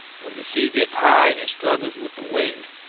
when the sea gets high and struggles with the wind,